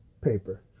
paper